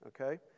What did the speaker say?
okay